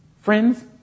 Friends